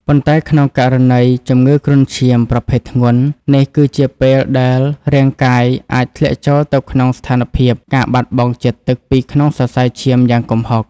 ប៉ុន្តែក្នុងករណីជំងឺគ្រុនឈាមប្រភេទធ្ងន់ នេះគឺជាពេលដែលរាងកាយអាចធ្លាក់ចូលទៅក្នុងស្ថានភាព ការបាត់បង់ជាតិទឹកពីក្នុងសរសៃឈាមយ៉ាងគំហុក។